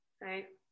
right